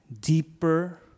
deeper